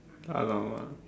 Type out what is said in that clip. !alamak!